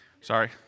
Sorry